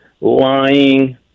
lying